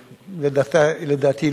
שלדעתי,